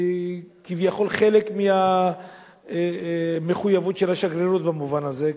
כביכול חלק מהמחויבות של השגרירות במובן הזה,